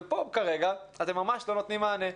ופה אתם ממש לא נותנים מענה כרגע.